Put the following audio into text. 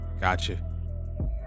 gotcha